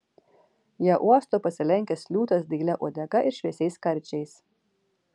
ją uosto pasilenkęs liūtas dailia uodega ir šviesiais karčiais